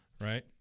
right